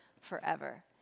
forever